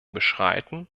beschreiten